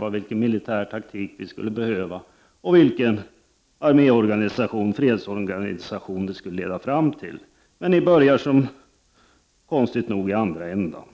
och vilken militär taktik vi skulle behöva, och vilken fredsorganisation för armén det skulle leda fram till. Men ni börjar konstigt nog i andra ändan.